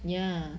ya